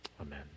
Amen